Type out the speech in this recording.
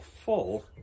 full